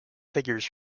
figures